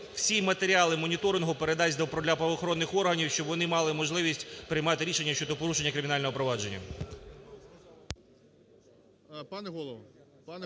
всі матеріали моніторингу передасть до правоохоронних органів, щоб вони мали можливість приймати рішення щодо порушення кримінального провадження.